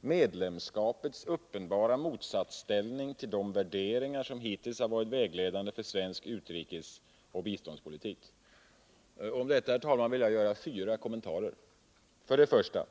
”medlemskapets uppenbara motsatsställning till de värderingar som hittills varit vägledande för svensk utrikesoch biståndspolitik”. Till detta, herr talman, vill jag göra fyra kommentarer. 1.